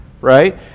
right